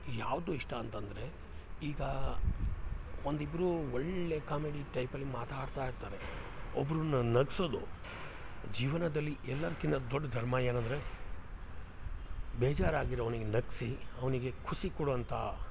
ಯಾವುದು ಇಷ್ಟ ಅಂತಂದರೆ ಈಗ ಒಂದಿಬ್ಬರು ಒಳ್ಳೆಯ ಕಾಮೆಡಿ ಟೈಪಲ್ಲಿ ಮಾತಾಡ್ತಾ ಇರ್ತಾರೆ ಒಬ್ರನ್ನು ನಗಿಸೋದು ಜೀವನದಲ್ಲಿ ಎಲ್ಲದ್ಕಿನ್ನ ದೊಡ್ಡ ಧರ್ಮ ಏನಂದರೆ ಬೇಜಾರಾಗಿರೋ ಅವ್ನಿಗೆ ನಗಿಸಿ ಅವನಿಗೆ ಖುಷಿ ಕೊಡುವಂಥ